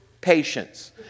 patience